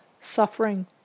suffering